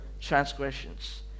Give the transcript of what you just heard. transgressions